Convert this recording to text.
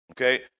okay